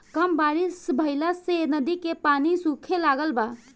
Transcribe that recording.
कम बारिश भईला से नदी के पानी सूखे लागल बा